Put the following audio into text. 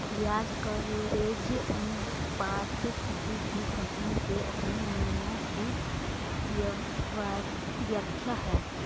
ब्याज कवरेज अनुपात किसी भी कम्पनी के अपने नियमों की व्याख्या है